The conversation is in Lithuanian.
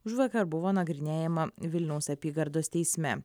užvakar buvo nagrinėjama vilniaus apygardos teisme